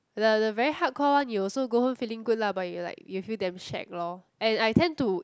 the the very hard core one you also go home feeling good lah but you like you feel damn shag lor and I tend to